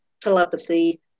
telepathy